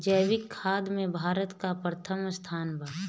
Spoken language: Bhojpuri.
जैविक खेती में भारत का प्रथम स्थान बा